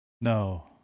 No